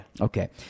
okay